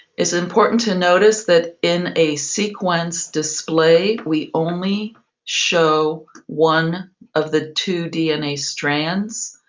it's important to notice that in a sequence display we only show one of the two dna strands,